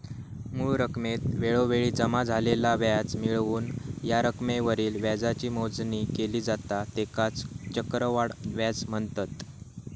मूळ रकमेत वेळोवेळी जमा झालेला व्याज मिळवून या रकमेवरील व्याजाची मोजणी केली जाता त्येकाच चक्रवाढ व्याज म्हनतत